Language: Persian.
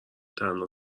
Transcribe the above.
تنها